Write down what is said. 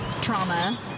trauma